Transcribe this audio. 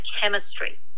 chemistry